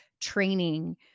training